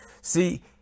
See